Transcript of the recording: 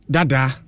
Dada